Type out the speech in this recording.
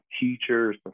teachers